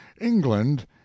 england